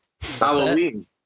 Halloween